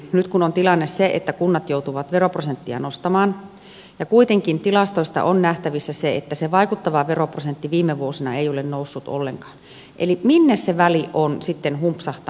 nyt kun on tilanne se että kunnat joutuvat veroprosenttia nostamaan ja kuitenkin tilastoista on nähtävissä että vaikuttava veroprosentti viime vuosina ei ole noussut ollenkaan niin minne se väli on sitten humpsahtanut